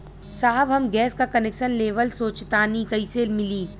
साहब हम गैस का कनेक्सन लेवल सोंचतानी कइसे मिली?